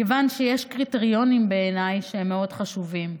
כיוון שבעיניי יש קריטריונים שהם מאוד חשובים.